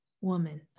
woman